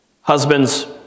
husbands